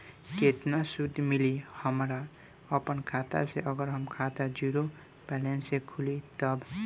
केतना सूद मिली हमरा अपना खाता से अगर हमार खाता ज़ीरो बैलेंस से खुली तब?